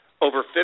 over